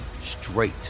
straight